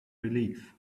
relief